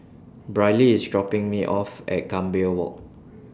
Briley IS dropping Me off At Gambir Walk